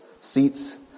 seats